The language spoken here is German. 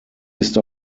ist